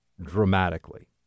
dramatically